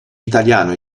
italiano